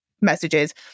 messages